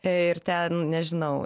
ir ten nežinau